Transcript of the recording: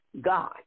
God